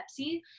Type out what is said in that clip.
Pepsi